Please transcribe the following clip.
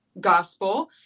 Gospel